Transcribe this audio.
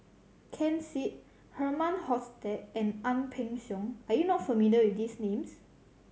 Ken Seet Herman Hochstadt and Ang Peng Siong are you not familiar with these names